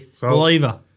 believer